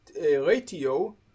ratio